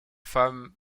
femme